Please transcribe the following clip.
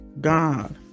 God